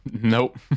nope